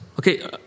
Okay